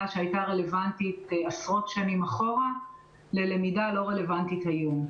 שהייתה רלוונטית עשרות שנים אחורה ללמידה לא רלוונטית היום.